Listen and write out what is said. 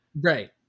Right